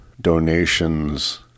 donations